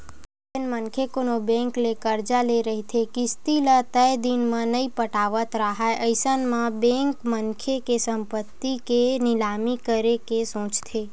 जेन मनखे कोनो बेंक ले करजा ले रहिथे किस्ती ल तय दिन म नइ पटावत राहय अइसन म बेंक मनखे के संपत्ति के निलामी करे के सोचथे